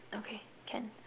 okay can